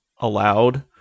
allowed